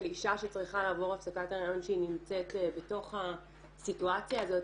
אישה שצריכה לעבור הפסקת היריון שהיא נמצאת בתוך הסיטואציה הזאת.